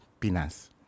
pinas